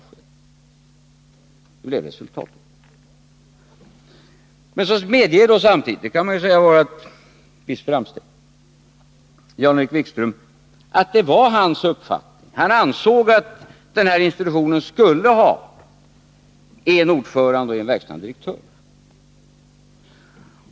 Det blev resultatet. Men samtidigt medger Jan-Erik Wikström — och det kan man säga vara ett visst framsteg — att det var hans uppfattning att institutionen skulle ha en ordförande och en verkställande direktör.